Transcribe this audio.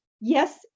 Yes